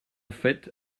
fait